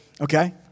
Okay